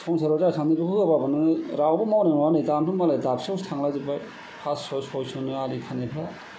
संसाराव जा सान्दों बेखौ होआबाबो नों रावबो मावनाय नङा दानोथ' हनै दाबसेयावसो थांलाजोबबाय पास्स' सयस'नो आलि खोनायफोरा